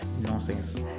nonsense